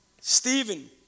Stephen